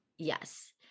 Yes